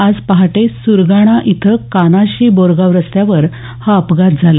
आज पहाटे सुरगाणा इथं कानाशी बोरगाव रस्त्यावर हा अपघात झाला